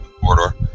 corridor